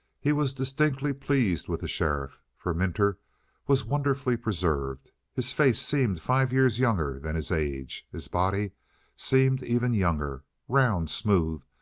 he was distinctly pleased with the sheriff. for minter was wonderfully preserved. his face seemed five years younger than his age. his body seemed even younger round, smooth,